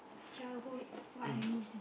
childhood what I missed